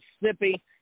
Mississippi